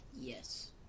Yes